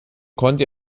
konnte